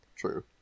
True